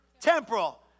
temporal